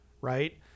right-